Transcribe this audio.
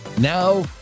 Now